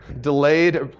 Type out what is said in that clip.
Delayed